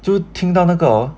就听到那个 hor